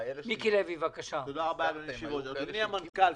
אדוני המנכ"ל,